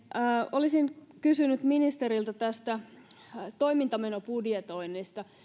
olisin kysynyt ministeriltä toimintamenobudjetoinnista